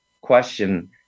question